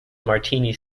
martini